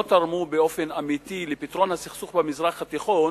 תרמו באופן אמיתי לפתרון הסכסוך במזרח התיכון,